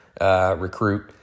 recruit